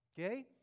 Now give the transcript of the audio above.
Okay